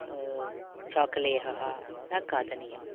चाकलेहः न खादनीयम्